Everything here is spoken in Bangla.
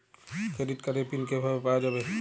ক্রেডিট কার্ডের পিন কিভাবে পাওয়া যাবে?